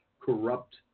corrupt